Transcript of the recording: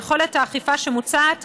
ביכולת האכיפה שמוצעת